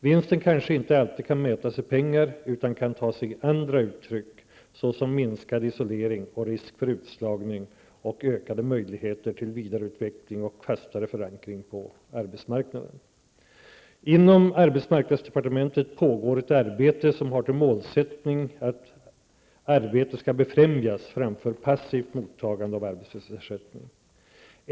Vinsten kanske inte alltid kan mätas i pengar, utan kan ta sig andra uttryck, såsom minskad isolering och risk för utslagning och ökade möjligheter till vidareutveckling och fastare förankring på arbetsmarknaden. Inom arbetsmarknadsdepartementet pågår ett arbete som har till målsättning att arbete skall befrämjas framför passivt mottagande av arbetslöshetsersättning.